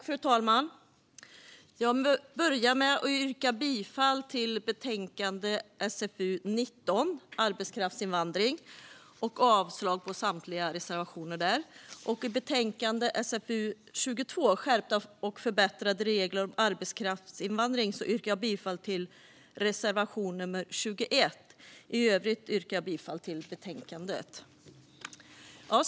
Fru talman! Jag börjar med att yrka bifall till förslaget i betänkande SfU19 Arbetskraftsinvandring och avslag på samtliga reservationer där. I betänkande SfU22 Skärpta och förbättrade regler om arbetskraftsinvandring yrkar jag bifall till reservation nummer 21. I övrigt yrkar jag bifall till förslaget i betänkandet.